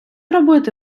робити